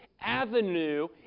avenue